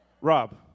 Rob